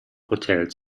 hotel